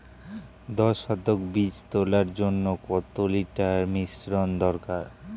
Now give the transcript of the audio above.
দশ শতক বীজ তলার জন্য কত লিটার মিশ্রন দরকার?